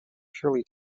purely